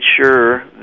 sure